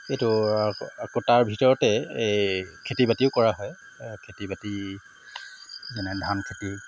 সেইটো আকৌ আকৌ তাৰ ভিতৰতে এই খেতি বাতিও কৰা হয় খেতি বাতি যেনে ধান খেতি